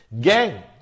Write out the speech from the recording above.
gang